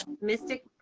Mystic